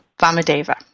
Vamadeva